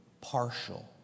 partial